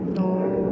oh